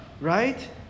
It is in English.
right